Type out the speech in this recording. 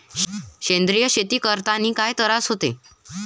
सेंद्रिय शेती करतांनी काय तरास होते?